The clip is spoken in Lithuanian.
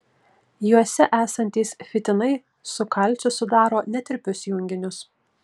juose esantys fitinai su kalciu sudaro netirpius junginius